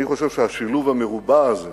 אני חושב שהשילוב המרובע הזה